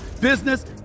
business